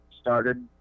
started